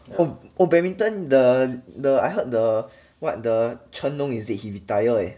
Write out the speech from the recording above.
oh oh badminton the the I heard the what the 谌龙 is it he retired eh